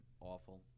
awful